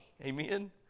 Amen